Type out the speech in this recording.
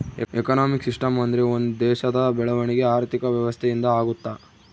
economic system ಅಂದ್ರೆ ಒಂದ್ ದೇಶದ ಬೆಳವಣಿಗೆ ಆರ್ಥಿಕ ವ್ಯವಸ್ಥೆ ಇಂದ ಆಗುತ್ತ